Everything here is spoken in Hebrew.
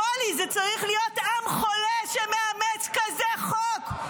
חולי, זה צריך להיות עם חולה שמאמץ כזה חוק,